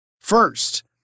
First